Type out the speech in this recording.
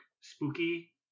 spooky